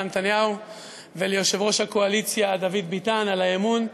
נתניהו וליושב-ראש הקואליציה דוד ביטן על האמון,